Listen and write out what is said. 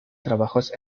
trabajos